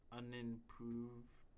unimproved